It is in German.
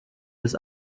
des